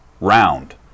round